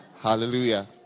Hallelujah